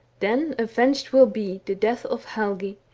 then avenged will be the death of helgi,